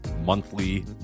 Monthly